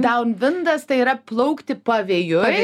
doun vindas tai yra plaukti pavėjui